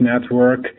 network